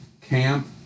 camp